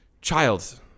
child